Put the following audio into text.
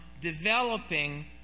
developing